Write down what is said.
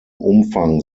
umfang